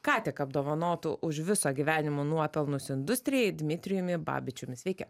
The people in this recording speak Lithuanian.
ką tik apdovanotu už viso gyvenimo nuopelnus industrijai dmitrijumi babičiumi sveiki